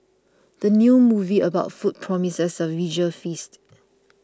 the new movie about food promises a visual feast